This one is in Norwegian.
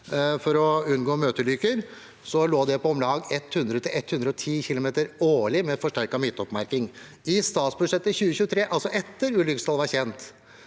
for å unngå møteulykker. Det lå på om lag 100–110 km årlig med forsterket midtoppmerking. I statsbudsjettet for 2023, altså etter ulykkestallet var kjent,